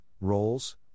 roles